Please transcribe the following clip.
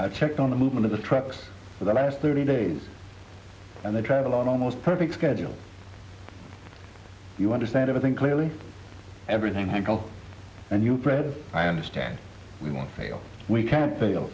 i checked on the movement of the tracks for the last thirty days and the travel on almost perfect schedule you understand everything clearly everything health and your bread i understand we won't fail we can't fail